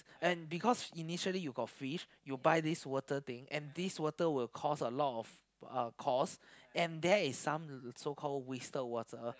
and because initially you got fish you buy this water thing and this water will cost a lot of uh cost and that is some so called wasted water